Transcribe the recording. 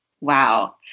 Wow